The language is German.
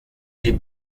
die